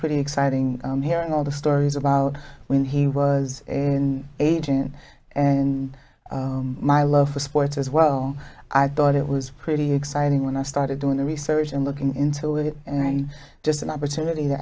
pretty exciting hearing all the stories about when he was an agent and my love for sports as well i thought it was pretty exciting when i started doing the research and looking into it and i'm just an opportunity to